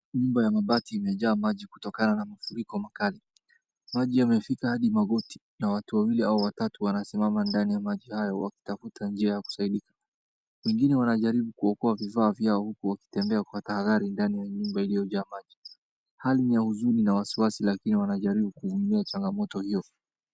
Nyumba ya mabati imejaa maji kutokana na mafuriko makali. Maji yamefika hadi magoti na watu wawili au watatu wanasimama ndani ya maji hayo wakitafuta njia ya kusaidia. Wengine wanajaribu kuokoa vifaa vyao huku wakitembea kwa tahadhari ndani ya nyumba iliojaa maji. Hali ni ya huzuni na wasiwasi lakini wanajaribu kuvumilia changamoto hiyo.